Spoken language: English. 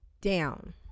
down